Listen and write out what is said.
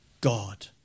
God